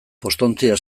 postontzira